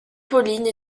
pauline